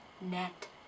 net